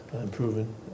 improving